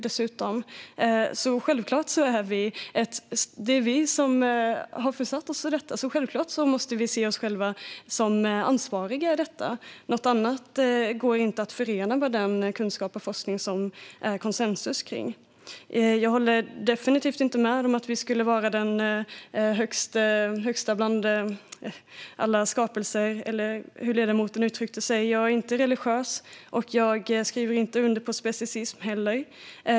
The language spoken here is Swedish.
Därför måste vi se oss som ansvariga för detta. Något annat går inte att förena med den kunskap och forskning som det råder konsensus om. Jag håller definitivt inte med om att människan är den högsta skapelsen. Jag är inte religiös och skriver inte heller under på speciesism.